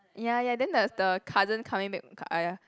ya ya then there's the cousin coming back ah ya